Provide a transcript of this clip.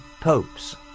popes